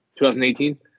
2018